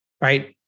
Right